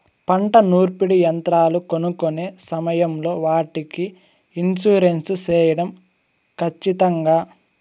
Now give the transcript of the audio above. పంట నూర్పిడి యంత్రాలు కొనుక్కొనే సమయం లో వాటికి ఇన్సూరెన్సు సేయడం ఖచ్చితంగా?